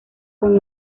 con